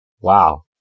Wow